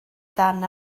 dan